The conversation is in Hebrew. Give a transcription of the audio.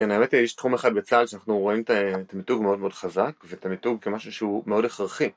כן, האמת שיש תחום אחד בצד שאנחנו רואים את המיטוב מאוד מאוד חזק ואת המיטוב כמשהו שהוא מאוד הכרחי.